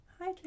Hi